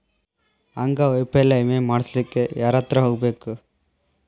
ಅಂಗವೈಫಲ್ಯ ವಿಮೆ ಮಾಡ್ಸ್ಲಿಕ್ಕೆ ಯಾರ್ಹತ್ರ ಹೊಗ್ಬ್ಖು?